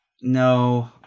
No